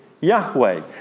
Yahweh